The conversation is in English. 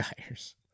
tires